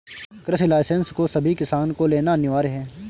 कृषि लाइसेंस को सभी किसान को लेना अनिवार्य है